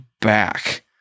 back